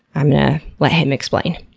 i'm gonna let him explain.